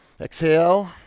exhale